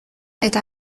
eta